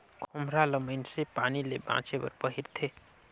खोम्हरा ल मइनसे पानी ले बाचे बर पहिरथे